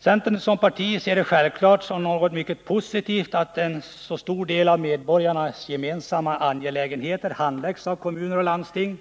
Centern som parti ser det självfallet som något mycket positivt, att en så stor del av medborgarnas gemensamma angelägenheter handläggs av kommuner och landsting.